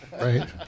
Right